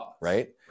right